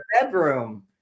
bedroom